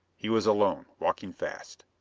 he was alone walking fast.